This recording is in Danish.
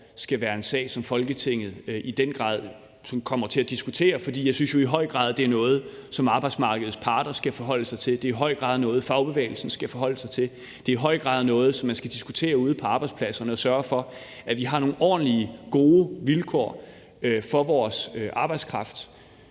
skal være en sag, som Folketinget i den grad kommer til at diskutere, for jeg synes jo i høj grad, at det er noget, som arbejdsmarkedets parter skal forholde sig til; at det i høj grad er noget, fagbevægelsen skal forholde sig til; at det i høj grad er noget, som man skal diskutere ude på arbejdspladserne, så der sørges for, at vi har nogle ordentlige, gode vilkår for vores arbejdskraft.